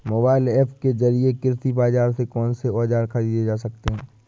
Mobile app के जरिए कृषि बाजार से कौन से औजार ख़रीदे जा सकते हैं?